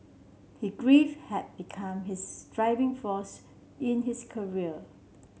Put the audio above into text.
his grief had become his driving force in his career